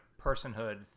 personhood